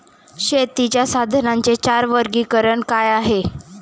शेतीच्या साधनांचे चार वर्गीकरण काय आहे?